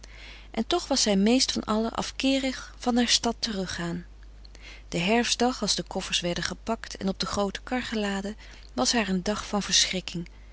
en toch was zij meest van allen afkeerig van naar stad teruggaan de herfstdag als de koffers werden gepakt en op de groote kar geladen was haar een dag van